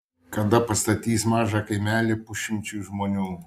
kada pastatys mažą kaimelį pusšimčiui žmonių